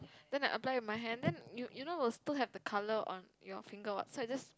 then I apply with my hand then you you know was too have the colour on your finger what so I just